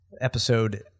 episode